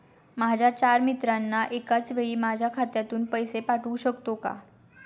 माझ्या चार मित्रांना एकाचवेळी माझ्या खात्यातून पैसे पाठवू शकतो का?